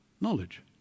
knowledge